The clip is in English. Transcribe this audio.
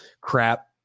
crap